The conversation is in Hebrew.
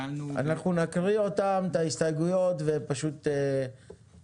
אנחנו נקריא את ההסתייגויות ונצביע.